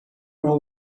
know